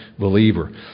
believer